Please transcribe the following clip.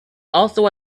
also